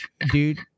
Dude